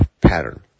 pattern